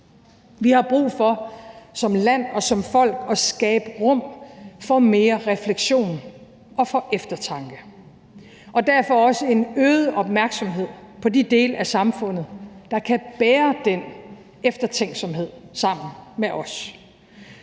Vi har brug for som land og som folk at skabe rum for mere refleksion og for eftertanke, og derfor har vi også brug for en øget opmærksomhed på de dele af samfundet, der kan bære den eftertænksomhed sammen med os,